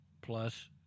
plus